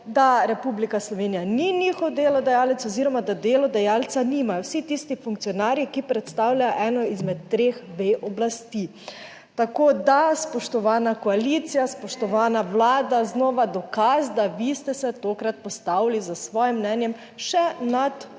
da Republika Slovenija ni njihov delodajalec oziroma, da delodajalca nimajo vsi tisti funkcionarji, ki predstavljajo eno izmed treh vej oblasti. Tako, da spoštovana koalicija, spoštovana Vlada, znova dokaz, da vi ste se tokrat postavili s svojim mnenjem še nad